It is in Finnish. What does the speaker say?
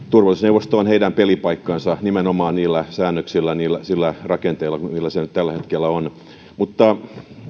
turvallisuusneuvosto on heidän pelipaikkansa nimenomaan niillä säännöksillä ja sillä rakenteella kuin tällä hetkellä on mutta